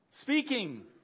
Speaking